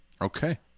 Okay